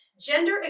Gender